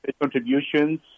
Contributions